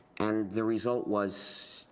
and the result was